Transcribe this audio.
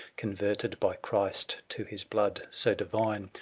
converted by christ to his blood so divine,